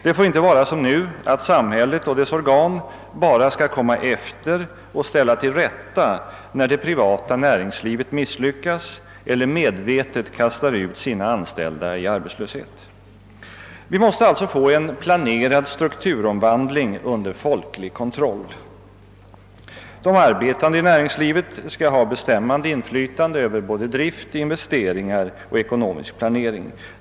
Det får inte bli som nu att samhället och dess organ bara skall komma efter och ställa till rätta när det privata näringslivet misslyckats eller utan vidare kastar ut sina anställda i arbetslöshet. Vi måste alltså få en planerad strukturomvandling under folklig kontroll. De arbetande i näringslivet skall ha bestämmande inflytande över både drift, investeringar och ekonomisk planering.